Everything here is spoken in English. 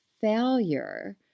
failure